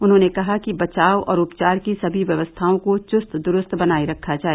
उन्होंने कहा कि बचाव और उपचार की सभी व्यवस्थाओं को चुस्त दुरुस्त बनाए रखा जाए